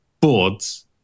boards